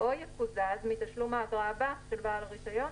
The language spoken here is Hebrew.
או יקוזז מתשלום האגרה הבא של בעל הרישיון,